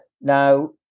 Now